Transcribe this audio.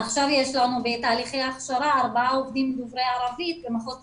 עכשיו יש לנו בתהליכי הכשרה ארבעה עובדים דוברי ערבית במחוז צפון,